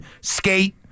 skate